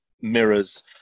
mirrors